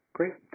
Great